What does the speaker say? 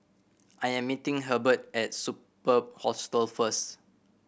I am meeting Hebert at Superb Hostel first